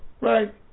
right